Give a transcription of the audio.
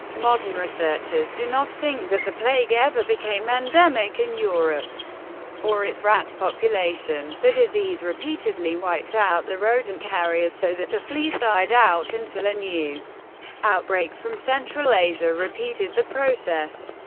modern researchers do not think that the plague ever became endemic in europe or its rat population. the disease repeatedly wiped out the rodent carriers so that the fleas died out until a new outbreak from central asia repeated the process.